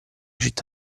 città